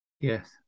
yes